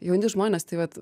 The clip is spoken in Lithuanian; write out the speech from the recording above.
jauni žmonės tai vat